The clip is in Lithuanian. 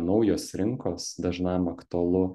naujos rinkos dažnam aktualu